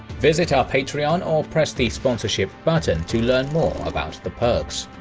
visit our patreon or press the sponsorship button to learn more about the perks.